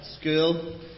school